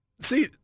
See